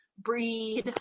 breed